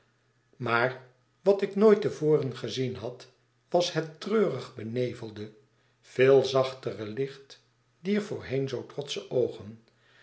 maar wat ik nooit te voren gezien had was het treurig benevelde veel zachtere licht dier voorheen zoo trotsche oogen